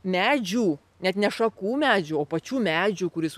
medžių net ne šakų medžių o pačių medžių kuris